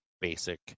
basic